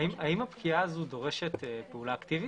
האם הפקיעה הזאת דורשת פעולה אקטיבית?